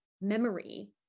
memory